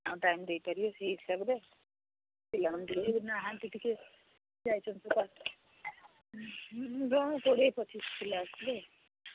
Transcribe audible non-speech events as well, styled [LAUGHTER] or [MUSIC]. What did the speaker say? ଆଉ ଟାଇମ୍ ଦେଇପାରିବେ ସେଇ ହିସାବରେ ପିଲାମାନେ ଟିକେ ନାହାନ୍ତି ଟିକେ ଯାଇଛନ୍ତି [UNINTELLIGIBLE] କୋଡ଼ିଏ ପଚିଶି କିଲୋ ଆସିବେ